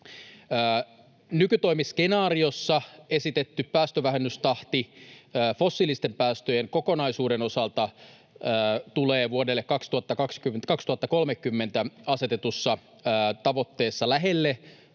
Nykytoimiskenaariossa esitetty päästövähennystahti fossiilisten päästöjen kokonaisuuden osalta tulee vuodelle 2030 asetetussa tavoitteessa lähelle